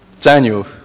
Daniel